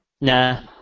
Nah